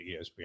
ESPN